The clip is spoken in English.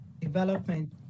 development